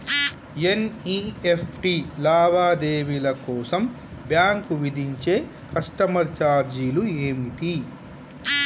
NEFT లావాదేవీల కోసం bank విధించే కస్టమర్ ఛార్జీలు ఏమిటి?